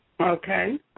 Okay